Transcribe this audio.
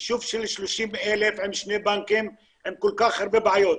יישוב של 30,000 עם שני בנקים עם כל כך הרבה בעיות,